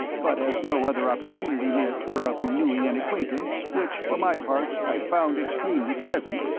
but as no other opportunity may occur of renewing an acquaintance which for my part i found extremely pleasant